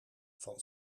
van